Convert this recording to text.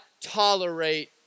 tolerate